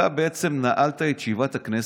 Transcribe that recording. אתה בעצם נעלת את ישיבת הכנסת.